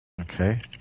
okay